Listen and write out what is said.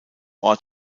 ort